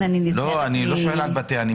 אני לא שואל על בתי המשפט.